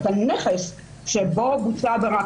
את הנכס שבו בוצעה העבירה,